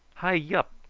hi, yup!